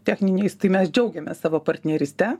techniniais tai mes džiaugiamės savo partneryste